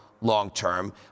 long-term